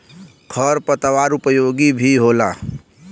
खर पतवार उपयोगी भी होला